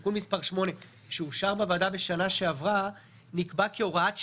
תיקון מס' 8 שאושר בוועדה בשנה שעברה נקבע כהוראת שעה,